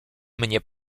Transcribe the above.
mnie